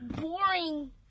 boring